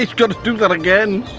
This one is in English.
ah do that again.